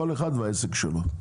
כל אחד והעסק שלו.